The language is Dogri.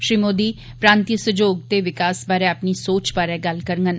श्री मोदी प्रांतीय सैहयोग ते विकास बारे अपनी सोच बारे गल्ल करगंन